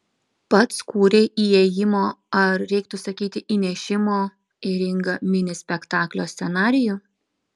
pats kūrei įėjimo ar reiktų sakyti įnešimo į ringą mini spektaklio scenarijų